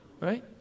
right